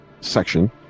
section